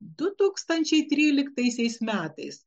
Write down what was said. du tūkstančiai tryliktaisiais metais